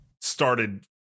started